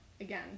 again